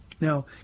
Now